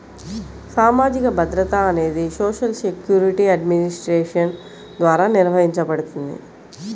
సామాజిక భద్రత అనేది సోషల్ సెక్యూరిటీ అడ్మినిస్ట్రేషన్ ద్వారా నిర్వహించబడుతుంది